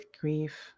Grief